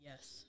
Yes